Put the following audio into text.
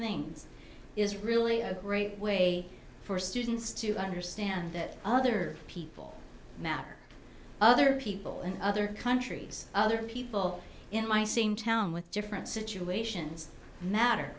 things is really a great way for students to understand that other people matter other people in other countries other people in my same town with different situations matter